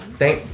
thank